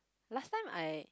last time I